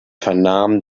vernahmen